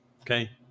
Okay